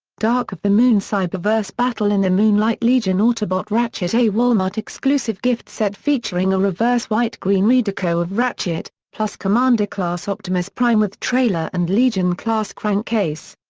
dark of the moon cyberverse battle in the moonlight legion autobot ratchet a walmart exclusive gift set featuring a reverse white green redeco of ratchet, plus commander class optimus prime with trailer and legion class crankcase.